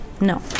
No